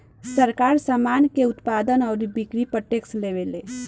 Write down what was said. सरकार, सामान के उत्पादन अउरी बिक्री पर टैक्स लेवेले